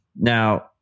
Now